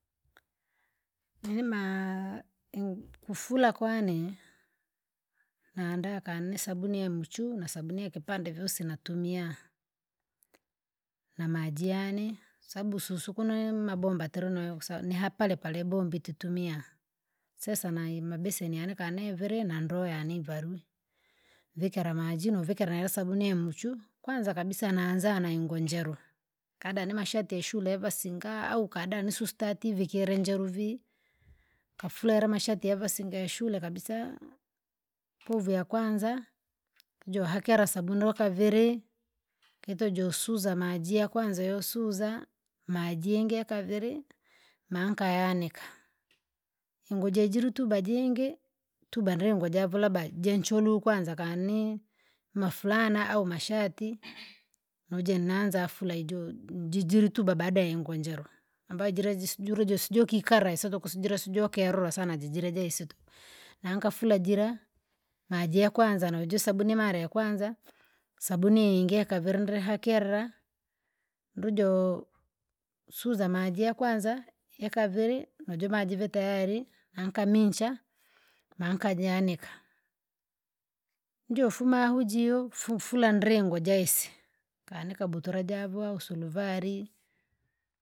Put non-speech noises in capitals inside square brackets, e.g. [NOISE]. Nini maa, iu- kufura kwane, naandaa kane nisabuni yamchu nasabuni yakipande vyosi natumia. Na maji yane, sabu susu kuno mabomba tirinayo kwasa nihapalepale bombi titumia, sesa nai mabeseni yane kane iviri na ndoo yane ivarwi, vikira maji novikira nayo sabuni yamchu; kwanza kabisa naanza na ngoo njeru, kada ni mashati ya shure ya vasinga, au kada nisustati vikire njeru vii, kafura yare mashati yavasinga yashule kabisa, povu yakwanza, pojohakera sabuni ndokaviri, kitu josuza maji yakwanza yosuza. maji yingi yakaviri, maa nkayaanika. Ingoo je jirutuba jingi, tuba ndrenguo javu labda jenchuru kwanza kani, mafurana au mashati nuje naanza afula iju- jijirituba baada ya ingoo njero, ambayo jira jusi juro josi jokikala isituku jira josi [UNINTELLIGIBLE] jokerura sana jijire jsisi tuku. Nankafura jira maji yakwanza noji sabuni imara ya kwanza, sabuni iyingi yakaviri ndri hakera, ndujo suza maji yakwanza, yakaviri, nujumaji vii tayari? Nankaminsha maa nkajanika, njoufuma hujio fufura ndri ngoo jaisi, kaanika butura javo au suruvari.